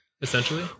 essentially